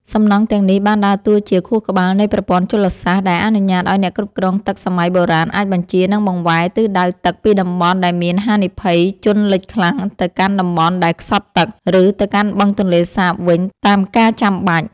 សំណង់ទាំងនេះបានដើរតួជាខួរក្បាលនៃប្រព័ន្ធជលសាស្ត្រ ដែលអនុញ្ញាតឱ្យអ្នកគ្រប់គ្រងទឹកសម័យបុរាណអាចបញ្ជា និងបង្វែរទិសដៅទឹកពីតំបន់ដែលមានហានិភ័យជន់លិចខ្លាំង ទៅកាន់តំបន់ដែលខ្សត់ទឹក ឬទៅកាន់បឹងទន្លេសាបវិញតាមការចាំបាច់។